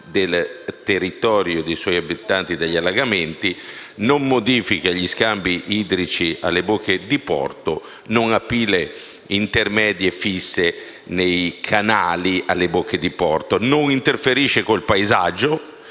del territorio e dei suoi abitanti dagli allagamenti; non modifica gli scambi idrici alle bocche di porto; non ha pile intermedie fisse nei canali alle bocche di porto; non interferisce con il paesaggio